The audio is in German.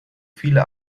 viele